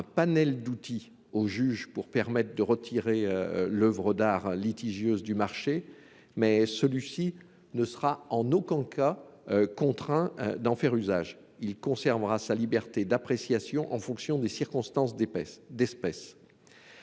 un panel d'outils au juge pour permettre de retirer l'oeuvre d'art litigieuse du marché, mais celui-ci ne sera en aucun cas contraint d'en faire usage : il conservera sa liberté d'appréciation en fonction des circonstances. J'ajoute